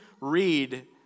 read